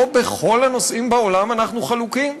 לא בכל הנושאים שבעולם אנחנו חלוקים.